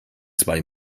zwei